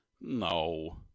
no